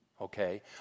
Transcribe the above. Okay